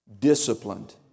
Disciplined